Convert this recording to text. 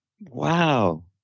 wow